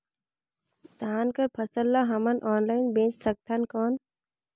धान कर फसल ल हमन ऑनलाइन बेच सकथन कौन?